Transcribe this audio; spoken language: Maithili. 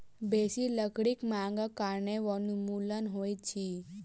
बेसी लकड़ी मांगक कारणें वनोन्मूलन होइत अछि